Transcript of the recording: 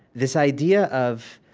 this idea of